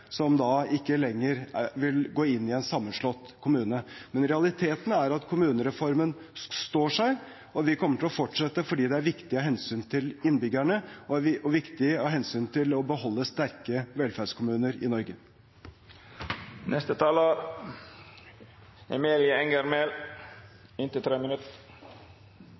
det da to kommuner, som til sammen består av i underkant av 2 000 innbyggere, som ikke lenger vil gå inn i en sammenslått kommune. Men realiteten er at kommunereformen står seg, og vi kommer til å fortsette, fordi det er viktig av hensyn til innbyggerne og viktig av hensyn til å beholde sterke velferdskommuner i